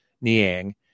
Niang